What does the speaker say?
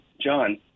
John